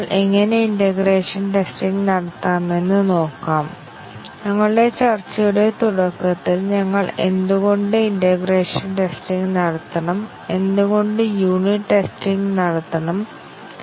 2 ലെ definition statement 8 ൽ live അല്ല കാരണം ഇത് സ്റ്റേറ്റ്മെന്റ് 6 ൽ റീഡിഫയിൻ ചെയ്യപ്പെട്ടിട്ടുണ്ട് എന്നാൽ 6 ലെ a ന്റ്റെ ഡെഫിനീഷൻ സ്റ്റേറ്റ്മെന്റ് 8 ഇൽ ലൈവ് ആണ്